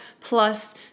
plus